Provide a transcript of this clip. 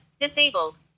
disabled